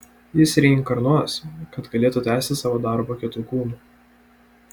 jis reinkarnuos kad galėtų tęsti savo darbą kitu kūnu